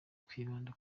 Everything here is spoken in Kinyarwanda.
twibanda